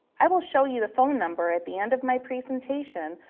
i will show you the phone number at the end of my presentation,